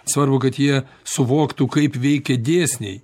svarbu kad jie suvoktų kaip veikia dėsniai